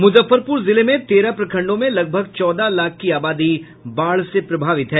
मुजफ्फरपुर जिले में तेरह प्रखंडों में लगभग चौदह लाख की आबादी बाढ़ से प्रभावित हैं